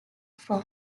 from